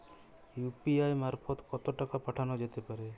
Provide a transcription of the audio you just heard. UPI মারফত কত টাকা পাঠানো যেতে পারে?